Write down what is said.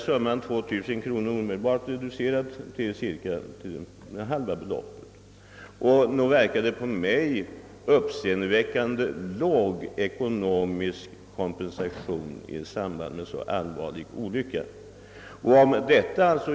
Summan 2 000 kronor blir alltså omedelbart reducerad till cirka halva beloppet. På mig verkar detta vara en uppseendeväckande låg «ekonomisk kompensation vid en så allvarlig olycka.